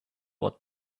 what